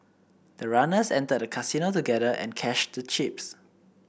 the runners entered the Casino together and cashed the chips